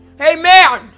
Amen